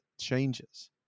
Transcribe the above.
changes